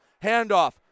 handoff